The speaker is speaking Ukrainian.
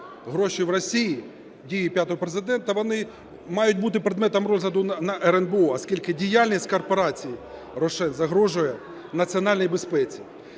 гроші в Росії, дії п'ятого Президента, вони мають бути предметом розгляду на РНБО, оскільки діяльність корпорації "Рошен" загрожує національній безпеці.